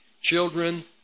children